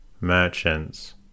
merchants